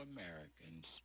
Americans